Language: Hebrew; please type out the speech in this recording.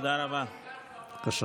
לפיד בבית, גנץ בבית.